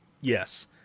Yes